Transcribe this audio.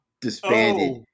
disbanded